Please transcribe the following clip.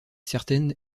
certaines